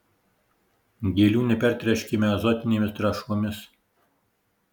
gėlių nepertręškime azotinėmis trąšomis